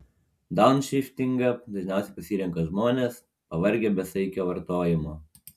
daunšiftingą dažniausiai pasirenka žmonės pavargę besaikio vartojimo